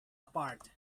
apart